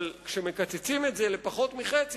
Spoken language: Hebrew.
אבל כשמקצצים את זה לפחות מחצי,